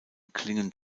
klingen